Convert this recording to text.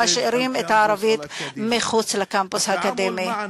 ומשאירים את הערבית מחוץ לקמפוס האקדמי.